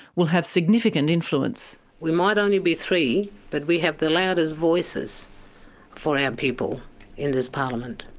will have significant influence. we might only be three but we have the loudest voices for our people in this parliament.